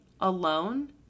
alone